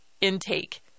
intake